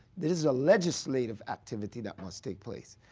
this is a legislative activity that must take place.